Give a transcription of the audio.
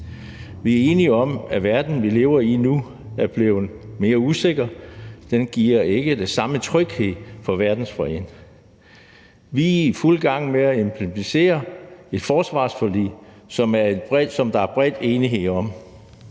Vi er enige om, at den verden, vi lever i nu, er blevet mere usikker. Den giver ikke den samme tryghed i forhold til verdensfreden. Vi er i fuld gang med at implementere et forsvarsforlig, som der er bred enighed om,